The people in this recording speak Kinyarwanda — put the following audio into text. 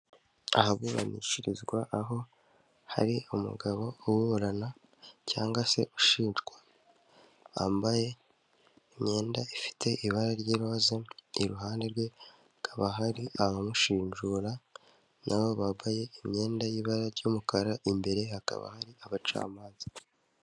Ahaburanishirizwa aho hari umugabo uburana, cyangwa se ushinjwa wambaye imyenda ifite ibara ry'iroza iruhande rwe hakaba hari abamushinjura nabo bambaye imyenda y'ibara ry'umukara imbere hakaba hari abacamanza.